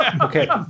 Okay